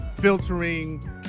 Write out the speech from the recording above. filtering